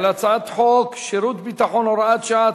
על הצעת חוק שירות ביטחון (הוראת שעה)